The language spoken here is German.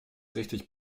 richtig